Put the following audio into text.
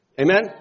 amen